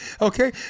okay